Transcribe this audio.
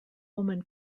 woman